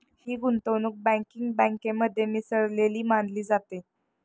ही गुंतवणूक बँकिंग बँकेमध्ये मिसळलेली मानली जाते